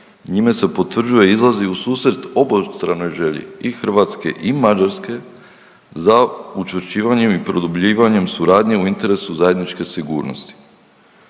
njime se potvrđuje i izlazi u susret obostranoj želji i Hrvatske i Mađarske za učvršćivanjem i produbljivanjem suradnje u interesu zajedničke sigurnosti.